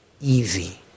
easy